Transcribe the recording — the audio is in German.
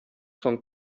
von